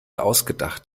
ausgedacht